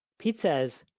pete says,